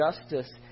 justice